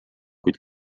kuid